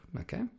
Okay